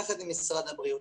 יחד עם משרד הבריאות,